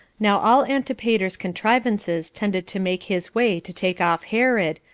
now all antipater's contrivances tended to make his way to take off herod,